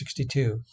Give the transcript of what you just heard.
1962